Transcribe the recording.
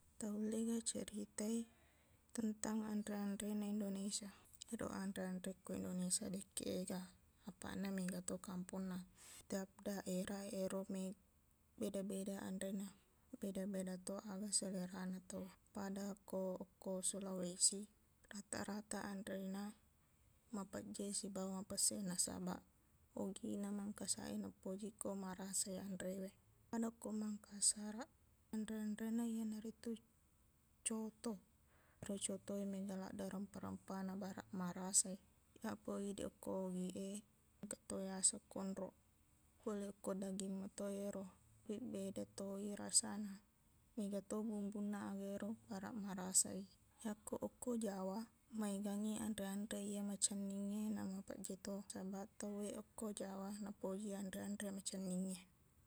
Taullega ceritai tentang anre-anrena Indonesia. Ero anre-anre ko Indonesia, dekke ega. Apaqna, megato kamponna. Setiap daerah ero meg- beda-beda anrena, beda-bedato aga selerana tauwe. Pada ko okko Sulawesi, rata-rata anrena mapejje sibawa mapesse, nasabaq Ogiq na Mangkasaq e napoji ko marasai anrewe. Pada ko Mangkasaraq, anre-anrena iyanaritu coto. Ro coto e, mega laddeq rempa-rempana baraq marasai. Yapo idiq okko Ogiq e, engkato yaseng konroq. Pole okko daging mato ero, tapiq bedatoi rasana, megato bumbunna aga ero baraq marasai. Yako okko Jawa, maegangngi anre-anre iye macenningnge na mapejjeto, nasabaq tauwe okko Jawa napoji anre-anre macenningnge.